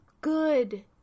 good